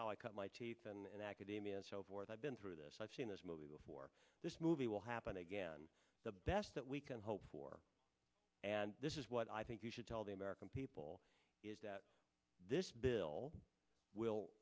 how i cut my teeth and academia i've been through this i've seen this movie before this movie will happen again the best that we can hope for and this is what i think you should tell the american people is that this bill will